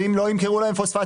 ואם לא ימכרו להם פוספטים,